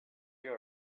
you